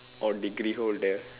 or degree holder